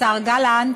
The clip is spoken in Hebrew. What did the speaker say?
השר גלנט,